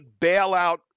bailout